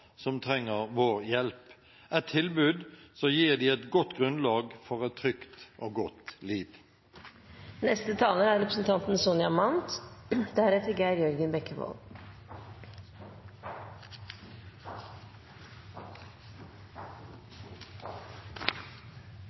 som trenger vår hjelp, et tilbud som gir dem et godt grunnlag for et trygt og godt liv.